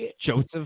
Joseph